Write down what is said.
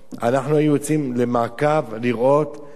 אנחנו היינו יוצאים למעקב לראות היכן